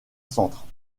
centre